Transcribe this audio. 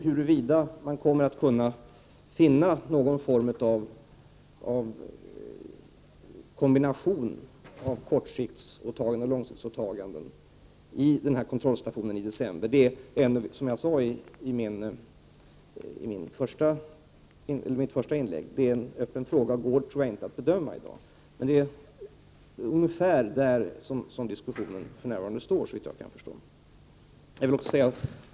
Huruvida man kommer att kunna finna någon form av kombination av kortsiktsoch långsiktsåtaganden i kontrollstationen i december är, som jag sade i mitt första inlägg, en öppen fråga. Det tror jag inte går att bedöma i dag.